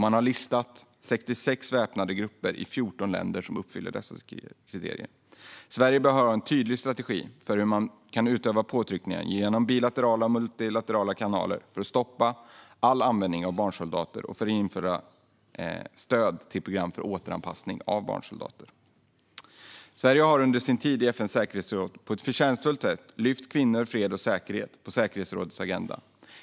Man har listat 66 väpnade grupper i 14 länder som uppfyller dessa kriterier. Sverige bör ha en tydlig strategi för hur man ska utöva påtryckningar genom bilaterala och multilaterala kanaler för att stoppa all användning av barnsoldater och för att införa och ge stöd till program för återanpassning av barnsoldater. Sverige har under sin tid i FN:s säkerhetsråd på ett förtjänstfullt sätt lyft upp kvinnor, fred och säkerhet på säkerhetsrådets agenda.